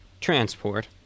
transport